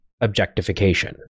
objectification